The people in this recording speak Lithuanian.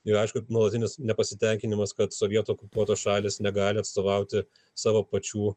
ir aišku nuolatinis nepasitenkinimas kad sovietų okupuotos šalys negali atstovauti savo pačių